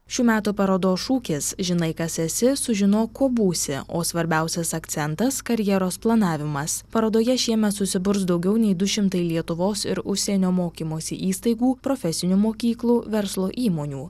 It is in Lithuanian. šių metų parodos šūkis žinai kas esi sužinok kuo būsi o svarbiausias akcentas karjeros planavimas parodoje šiemet susiburs daugiau nei du šimtai lietuvos ir užsienio mokymosi įstaigų profesinių mokyklų verslo įmonių